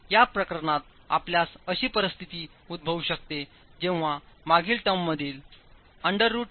आणि या प्रकरणात आपल्यास अशी परिस्थिती उद्भवू शकते जेव्हा मागील टर्ममधील अंडर रूट नकारात्मक होऊ शकते